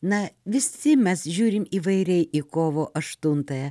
na visi mes žiūrim įvairiai į kovo aštuntąją